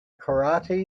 karaite